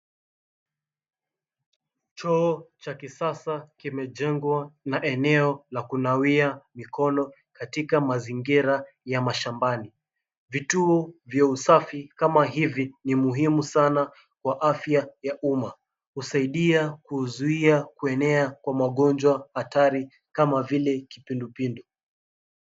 Choo cha kisasa kimejengwa na eneo la kunawia mikono katika mazingira ya mashambani. Vitu vya usafi kama hivi ni muhimu sana kwa afya ya umma. Husaidia kuzuia kuenea kwa magonjwa hatari kama vile kipindupindu.